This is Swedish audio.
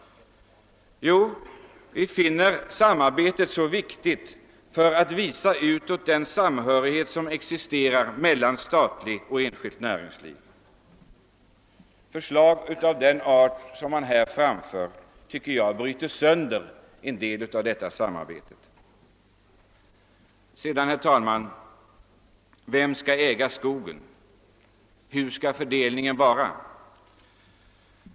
Jo, vi finner det så viktigt att utåt visa den samhörighet som existerar mellan statligt och enskilt näringsliv. Förslag av den art som man nu framför bryter sönder en del av detta samarbete. Vem skall äga skogen? Hur skall fördelningen göras?